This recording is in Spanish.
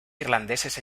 irlandeses